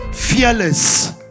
fearless